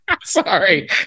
sorry